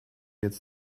jetzt